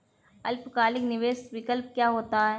अल्पकालिक निवेश विकल्प क्या होता है?